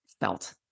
felt